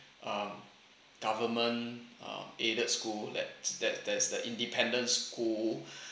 um government um aided school that's that's that's the independence school